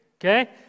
okay